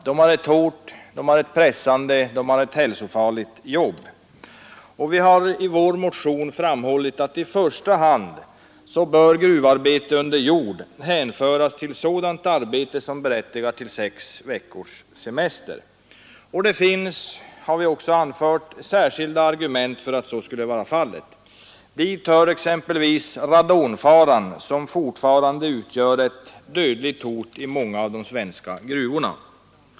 De arbetarna har ett hårt, pressande och hälsofarligt jobb. Vi har i vår motion framhållit att gruvarbete under jord i första hand bör hänföras till sådant arbete som berättigar till sex veckors semester. Det finns, har vi anfört, särskilda argument för detta. Till dem hör radonfaran, som fortfarande utgör ett dödligt hot i många av de svenska gruvorna.